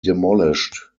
demolished